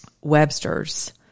Webster's